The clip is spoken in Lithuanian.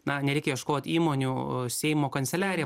na nereikia ieškot įmonių seimo kanceliarija